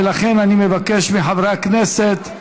ולכן אני מבקש מחברי הכנסת,